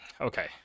okay